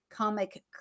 comic